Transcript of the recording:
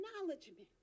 acknowledgement